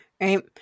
Right